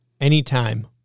anytime